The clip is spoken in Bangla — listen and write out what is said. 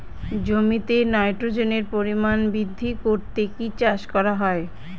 জমিতে নাইট্রোজেনের পরিমাণ বৃদ্ধি করতে কি চাষ করা হয়?